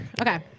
Okay